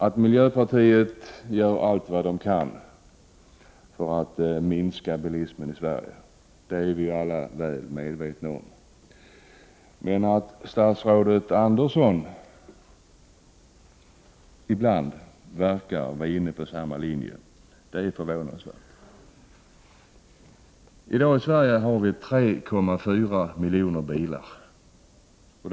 Att miljöpartiet gör allt vad det kan för att minska bilismen i Sverige är vi alla väl medvetna om, men att statsrådet Andersson ibland verkar vara inne på samma linje är förvånansvärt. Det finns i dag 3,4 miljoner bilar i Sverige.